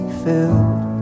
filled